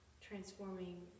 transforming